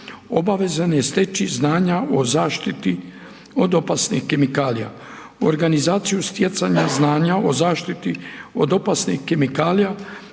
obavezan je steći znanja o zaštiti od opasnih kemikalija. Organizaciju stjecanja znanja o zaštiti od opasnih kemikalija,